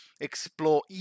explore